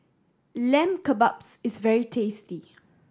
Lamb Kebabs is very tasty